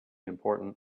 important